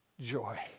joy